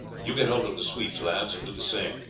you get hold of the sweeps, lads, and do the same.